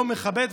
לא מכבדת,